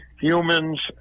humans